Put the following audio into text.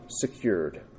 secured